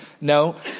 No